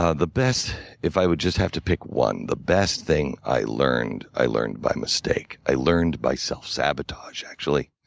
ah the best if i would just have to pick one, the best thing i learned, i learned by mistake. i learned by self sabotage, actually.